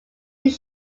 its